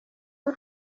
w’u